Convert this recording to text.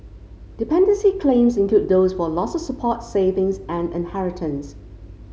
dependency claims include those for loss of support savings and inheritance